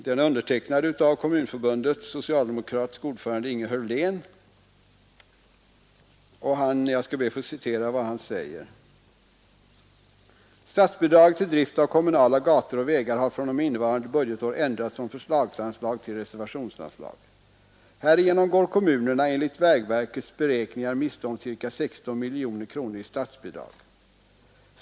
Den är undertecknad av Kommunförbundets socialdemokratiske ordförande Inge Hörlén, och jag skall be att få citera vad han säger: ”Statsbidrag till drift av kommunala gator och vägar har från och med innevarande budgetår ändrats från förslagsanslag till reservationsanslag. Härigenom går kommunerna enligt vägverkets beräkningar miste om ca 16 miljoner kronor i statsbidrag.